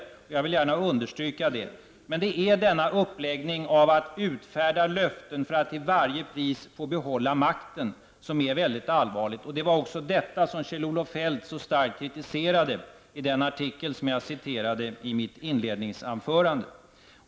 Men att utfärda löften bara för att till varje pris få behålla makten ser jag mycket allvarligt på. Det var också detta som Kjell Olof Feldt så starkt kritiserade i den artikel som jag citerade i mitt inledningsanförande.